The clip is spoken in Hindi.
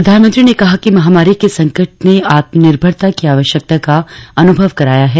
प्रधानमंत्री ने कहा कि महामारी के संकट ने आत्मनिर्भरता की आवश्यकता का अनुभव कराया है